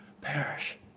perish